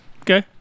Okay